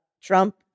trump